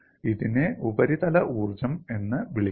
ഇതിനെ ഉപരിതല ഊർജ്ജം എന്ന് വിളിക്കുന്നു